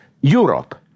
Europe